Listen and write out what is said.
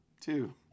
two